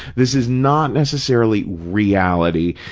this is not necessarily reality.